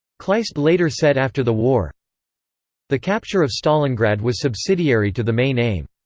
kleist later said after the war the capture of stalingrad was subsidiary to the main aim.